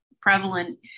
prevalent